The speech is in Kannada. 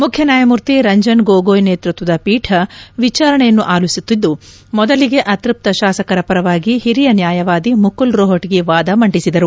ಮುಖ್ಯ ನ್ಯಾಯಮೂರ್ತಿ ರಂಜನ್ ಗೋಗೋಯ್ ನೇತೃತ್ವದ ಪೀಠ ವಿಚಾರಣೆಯನ್ನು ಆಲಿಸುತ್ತಿದ್ದು ಮೊದಲಿಗೆ ಅತೃಪ್ತ ಶಾಸಕರ ಪರವಾಗಿ ಹಿರಿಯ ನ್ಯಾಯವಾದಿ ಮುಕುಲ್ ರೋಹಣಗಿ ವಾದ ಮಂದಿಸಿದರು